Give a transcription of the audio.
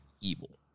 Evil